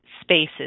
spaces